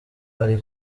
ari